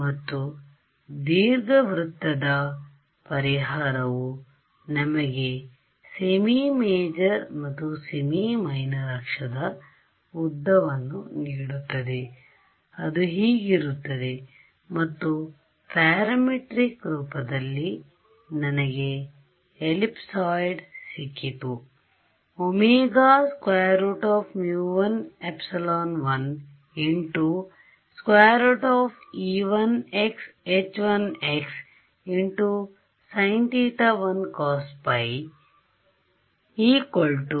ಮತ್ತು ದೀರ್ಘವೃತ್ತದ ಪರಿಹಾರವು ನನಗೆ ಸೆಮಿ ಮೇಜರ್ ಮತ್ತು ಸೆಮಿಮೈನರ್ ಅಕ್ಷದ ಉದ್ದವನ್ನು ನೀಡುತ್ತದೆ ಅದು ಹೀಗಿರುತ್ತದೆ ಮತ್ತು ಪ್ಯಾರಾಮೀಟ್ರಿಕ್ ರೂಪದಲ್ಲಿ ನನಗೆ ಎಲಿಪ್ಸಾಯಿಡ್ ಸಿಕ್ಕಿತು